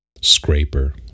scraper